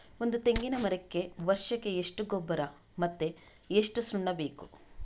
ಒಂದು ತೆಂಗಿನ ಮರಕ್ಕೆ ವರ್ಷಕ್ಕೆ ಎಷ್ಟು ಗೊಬ್ಬರ ಮತ್ತೆ ಎಷ್ಟು ಸುಣ್ಣ ಬೇಕು?